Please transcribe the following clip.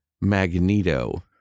Magneto